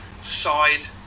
side